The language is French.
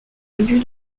abus